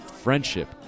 friendship